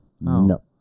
No